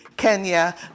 Kenya